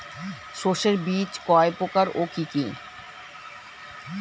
শস্যের বীজ কয় প্রকার ও কি কি?